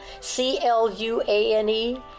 C-L-U-A-N-E